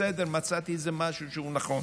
בסדר, מצאתי משהו שהוא נכון,